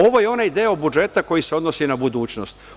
Ovo je onaj deo budžeta koji se odnosi na budućnost.